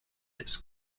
its